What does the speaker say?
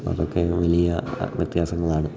അതൊക്കെ വലിയ വ്യത്യാസങ്ങളാണ്